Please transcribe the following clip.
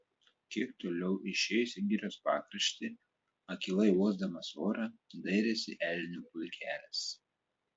kiek toliau išėjęs į girios pakraštį akylai uosdamas orą dairėsi elnių pulkelis